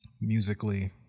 Musically